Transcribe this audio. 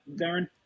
Darren